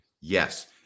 Yes